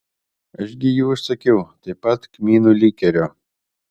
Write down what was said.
aš gi jų užsakiau taip pat kmynų likerio